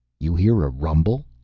you hear a rumble?